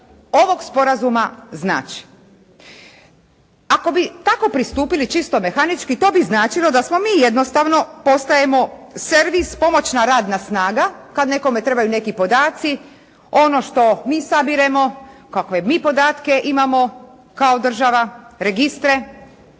ovog sporazuma znači. Ako bi tako pristupili čisto mehanički to bi značilo da smo mi jednostavno, postajemo servis, pomoćna radna snaga kad nekome trebaju neki podaci. Ono što mi sabiremo, kakve mi podatke imamo kao država, registre